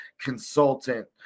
consultant